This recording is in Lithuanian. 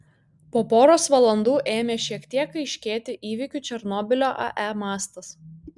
po poros valandų ėmė šiek tiek aiškėti įvykių černobylio ae mastas